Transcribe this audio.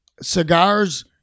cigars